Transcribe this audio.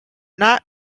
not